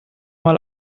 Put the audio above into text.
mal